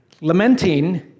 lamenting